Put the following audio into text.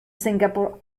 singapore